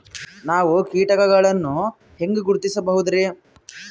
ನಾವು ಕೀಟಗಳನ್ನು ಹೆಂಗ ಗುರುತಿಸಬೋದರಿ?